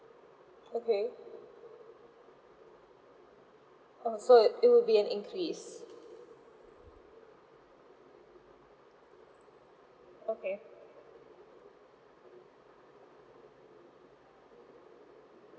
okay oh so it will be an increase okay